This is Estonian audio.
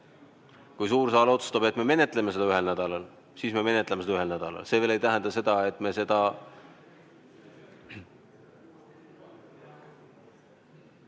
Kui suur saal otsustab, et me menetleme neid ühel nädalal, siis me menetleme seda ühel nädalal. See veel ei tähenda seda, et me teise